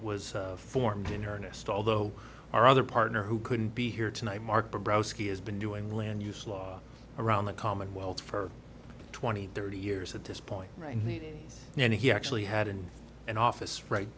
was formed in earnest although our other partner who couldn't be here tonight mark has been doing land use law around the commonwealth for twenty thirty years at this point right now and he actually had in an office right